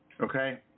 Okay